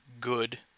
good